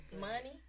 money